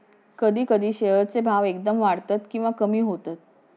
कधी कधी शेअर चे भाव एकदम वाढतत किंवा कमी होतत